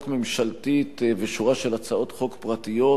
ממשלתית ושורה של הצעות חוק פרטיות,